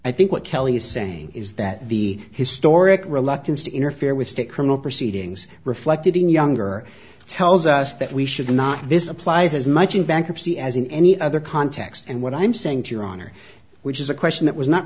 i think what kelley is saying is that the historic reluctance to interfere with state criminal proceedings reflected in younger tells us that we should not this applies as much in bankruptcy as in any other context and what i'm saying to your honor which is a question that was not